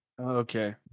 okay